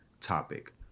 topic